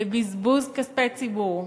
בבזבוז כספי ציבור.